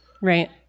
Right